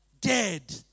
dead